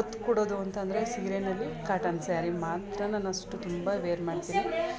ಒತ್ಕೊಡೋದು ಅಂತಂದರೆ ಸೀರೆಯಲ್ಲಿ cotton sari ಮಾತ್ರ ನಾನಷ್ಟು ತುಂಬ ವೇರ್ ಮಾಡ್ತೀನಿ